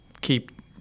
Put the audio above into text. keep